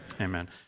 Amen